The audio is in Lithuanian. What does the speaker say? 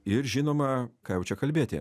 ir žinoma ką jau čia kalbėti